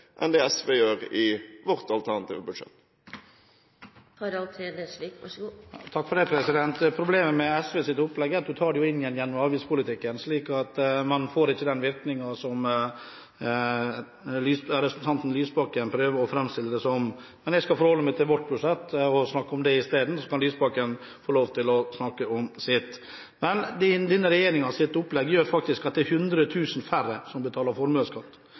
enn det SV gjør i vårt alternative budsjett? Problemet med SVs opplegg er at en tar det jo inn igjen gjennom avgiftspolitikken, slik at man ikke får den virkningen som representanten Lysbakken prøver å framstille det som man vil få. Men jeg skal forholde meg til vårt budsjett og snakke om det isteden, så kan Lysbakken få lov til å snakke om sitt. Denne regjeringens opplegg gjør faktisk at det er 100 000 færre som betaler formuesskatt.